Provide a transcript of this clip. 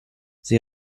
sie